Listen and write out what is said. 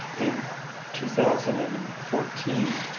in two thousand and fourteen,